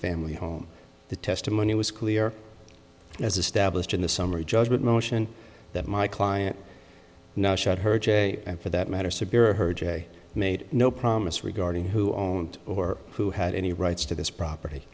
family home the testimony was clear as established in the summary judgment motion that my client now shut her j and for that matter superior her j made no promise regarding who owned or who had any rights to this property